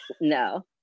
No